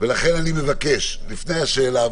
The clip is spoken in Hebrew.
לכן אני מבקש לפני השאלה,